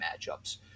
matchups